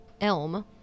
Elm